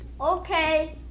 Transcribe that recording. Okay